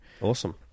Awesome